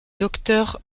docteur